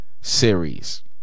series